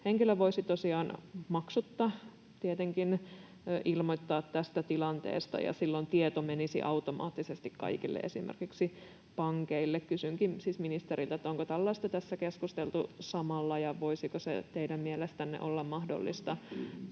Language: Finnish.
henkilö voisi tosiaan, maksutta tietenkin, ilmoittaa tästä tilanteesta, ja silloin tieto menisi automaattisesti kaikille, esimerkiksi pankeille. Kysynkin siis ministeriltä: onko tällaisesta tässä keskusteltu samalla, ja voisiko se teidän mielestänne olla mahdollista